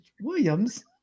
Williams